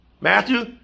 Matthew